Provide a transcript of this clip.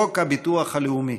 חוק הביטוח הלאומי.